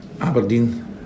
Aberdeen